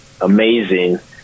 amazing